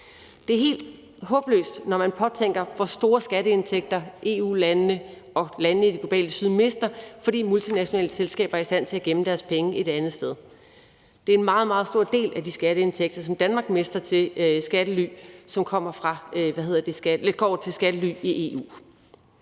Det er helt håbløst, når man påtænker, hvor store skatteindtægter EU-landene og landene i det globale syd mister, fordi multinationale selskaber er i stand til at gemme deres penge et andet sted. Det er en meget, meget stor del de skatteindtægter, som Danmark mister til skattely, som går til skattely i EU.